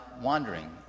wandering